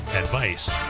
advice